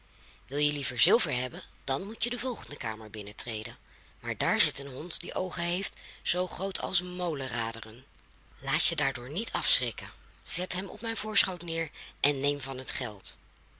wil je liever zilver hebben dan moet je de volgende kamer binnentreden maar daar zit een hond die oogen heeft zoo groot als molenraderen laat je daardoor niet afschrikken zet hem op mijn voorschoot neer en neem van het geld